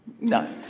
no